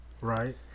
right